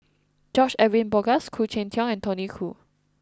George Edwin Bogaars Khoo Cheng Tiong and Tony Khoo